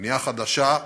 בנייה חדשה,